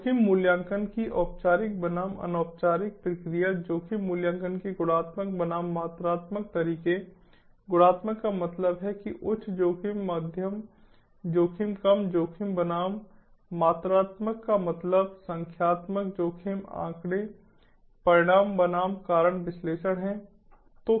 जोखिम मूल्यांकन की औपचारिक बनाम अनौपचारिक प्रक्रिया जोखिम मूल्यांकन के गुणात्मक बनाम मात्रात्मक तरीके गुणात्मक का मतलब है कि उच्च जोखिम मध्यम जोखिम कम जोखिम बनाम मात्रात्मक का मतलब संख्यात्मक जोखिम आंकड़े परिणाम बनाम कारण विश्लेषण है